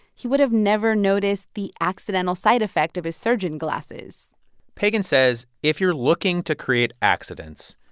he would have never noticed the accidental side effect of his surgeon glasses pagan says if you're looking to create accidents,